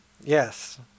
Yes